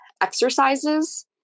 exercises